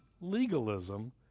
legalism